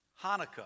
Hanukkah